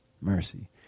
mercy